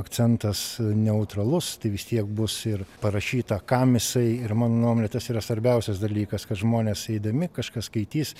akcentas neutralus tai vis tiek bus ir parašyta kam jisai ir mano nuomone tas yra svarbiausias dalykas kad žmonės eidami kažkas skaitys